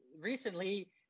recently